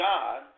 God